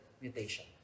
mutation